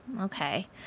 Okay